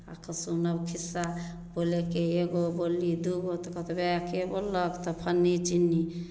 आ सुनब खिस्सा बोलेके एगो बोलली दूगो तऽ कहते वएहके बोललक तऽ फलनी चिलनी